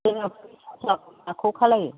जोङो फिसा फिसाखौ खालामो